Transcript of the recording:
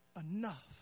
enough